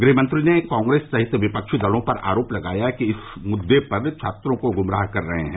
गृहमंत्री ने कांग्रेस सहित विपक्षी दलों पर आरोप लगाया कि वे इस मुद्दे पर छात्रों को गुमराह कर रहे हैं